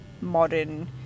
modern